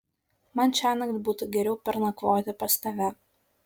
man šiąnakt būtų geriau pernakvoti pas tave